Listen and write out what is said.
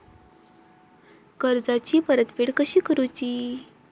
कर्जाची परतफेड कशी करूची?